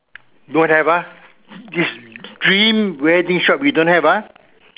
don't have ah is dream wedding shop you don't have ah